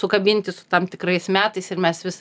sukabinti su tam tikrais metais ir mes vis